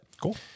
Cool